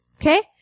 Okay